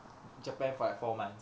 japan for like four months